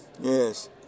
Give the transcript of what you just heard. yes